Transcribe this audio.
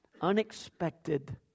unexpected